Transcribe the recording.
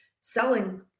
selling